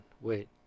wait